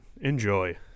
Enjoy